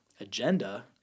agenda